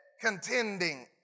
contending